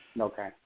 Okay